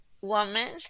woman